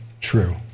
true